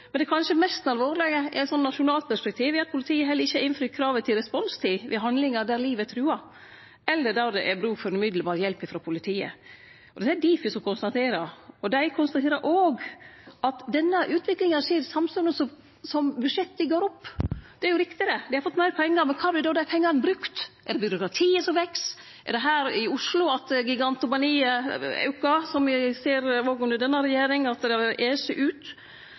Men det kanskje mest alvorlege i eit slikt nasjonalt perspektiv er at politiet heller ikkje har innfridd kravet til responstid ved handlingar der livet er truga, eller der det er bruk for omgåande hjelp frå politiet. Dette er det Difi som konstaterer. Dei konstaterer òg at denne utviklinga skjer samstundes med at budsjetta aukar. Det er riktig det – dei har fått meir pengar, men kvar har dei pengane vorte brukte? Er det byråkratiet som veks? Er det her i Oslo at gigantomanien aukar, som me har sett òg under denne regjeringa, at det eser ut?